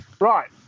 Right